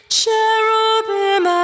cherubim